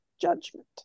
judgment